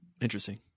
Interesting